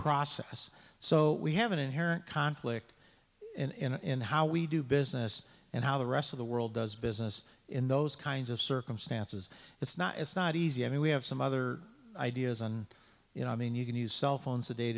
process so we have an inherent conflict in how we do business and how the rest of the world does business in those kinds of circumstances it's not it's not easy i mean we have some other ideas and you know i mean you can use cell phones a day